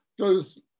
goes